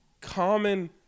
common